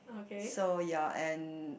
so ya and